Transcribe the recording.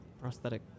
prosthetic